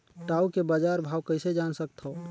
टाऊ के बजार भाव कइसे जान सकथव?